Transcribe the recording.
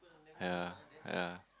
ya ya